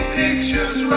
pictures